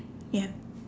ya